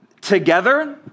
Together